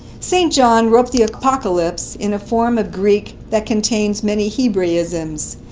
st. john wrote the apocalypse in a form of greek that contains many hebraisms.